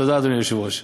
תודה, אדוני היושב-ראש.